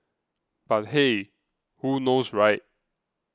but hey who knows right